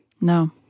No